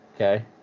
okay